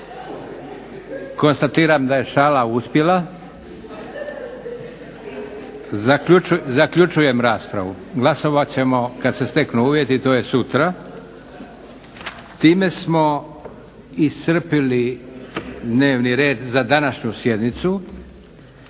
konstatiram da je šala uspjela. Zaključujem raspravu. Glasovat ćemo kad se steknu uvjeti, to je sutra. Time smo iscrpili dnevni red za današnju sjednicu.